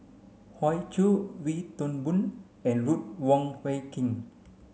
Hoey Choo Wee Toon Boon and Ruth Wong Hie King